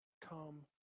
Come